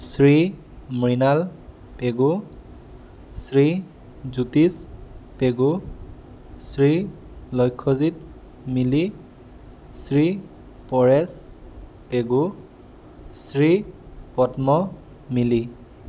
শ্ৰী মৃণাল পেগু শ্ৰী জ্যোতিষ পেগু শ্ৰী লক্ষজিৎ মিলি শ্ৰী পৰেশ পেগু শ্ৰী পদ্ম মিলি